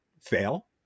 fail